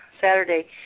Saturday